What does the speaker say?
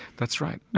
that's right.